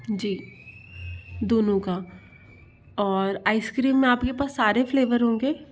जी दोनों का और आइसक्रीम में आप के पास सारे फ्लेवर होंगे